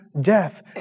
death